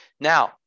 Now